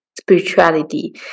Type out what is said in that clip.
spirituality